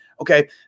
Okay